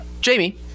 Jamie